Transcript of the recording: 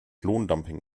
lohndumping